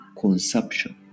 consumption